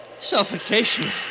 Suffocation